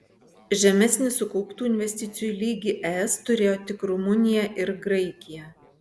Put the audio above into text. žemesnį sukauptų investicijų lygį es turėjo tik rumunija ir graikija